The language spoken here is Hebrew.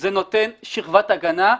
זה נותן שכבת הגנה,